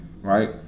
right